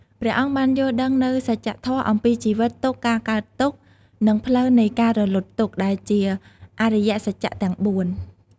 ព្រះអង្គបានយល់ដឹងនូវសច្ចធម៌អំពីជីវិត ទុក្ខ ការកើតទុក្ខ និងផ្លូវនៃការរំលត់ទុក្ខ ដែលជា អរិយសច្ចៈទាំង៤។